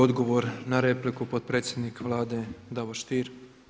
Odgovor na repliku potpredsjednik Vlade Davor Stier.